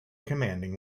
commanding